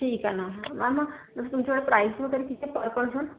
ठीक आहे ना हा मॅम मग तुमच्या प्राइस वगैरे किती आहे पर पर्सन